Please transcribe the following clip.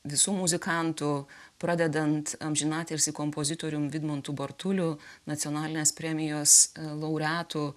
visų muzikantų pradedant amžinatilsį kompozitorium vidmantu bartuliu nacionalinės premijos laureatu